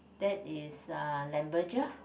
that is uh